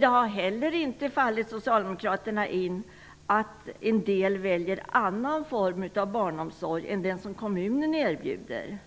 Det har heller inte fallit Socialdemokraterna in att en del väljer annan form av barnomsorg än den som kommunen erbjuder.